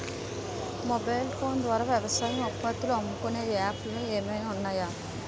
Mobile phone ద్వారా వ్యవసాయ ఉత్పత్తులు అమ్ముకునే యాప్ లు ఏమైనా ఉన్నాయా?